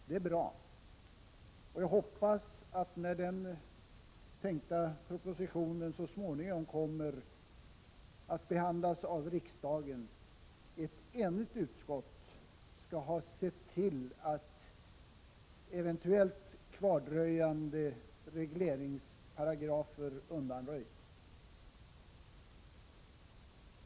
Det är bra, och jag hoppas att när den tänkta propositionen så småningom kommer att behandlas av riksdagen ett enigt utskott skall ha sett till att eventuella kvardröjande regleringsparagrafer undanröjts.